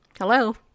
Hello